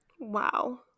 Wow